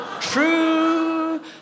True